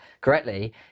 correctly